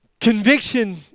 Conviction